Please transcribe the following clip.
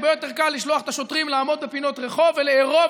הרבה יותר קל לשלוח את השוטרים לעמוד בפינות רחוב ולארוב